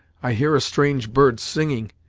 i hear a strange bird singing.